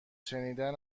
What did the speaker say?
شنیدن